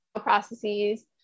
processes